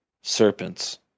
Serpents